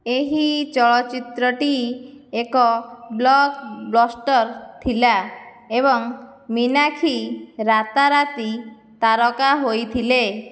ଏହି ଚଳଚ୍ଚିତ୍ରଟି ଏକ ବ୍ଲକବଷ୍ଟର୍ ଥିଲା ଏବଂ ମୀନାକ୍ଷୀ ରାତା ରାତି ତାରକା ହୋଇଥିଲେ